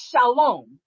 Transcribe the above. shalom